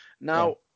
Now